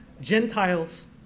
Gentiles